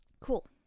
Cool